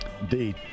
Indeed